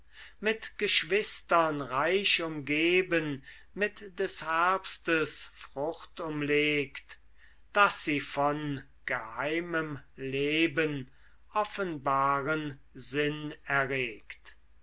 mit geschwistern reich umgeben mit des herbstes frucht umlegt daß sie von geheimem leben offenbaren sinn erregt